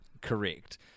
Correct